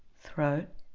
throat